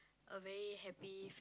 a very happy